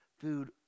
food